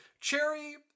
cherry